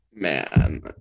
Man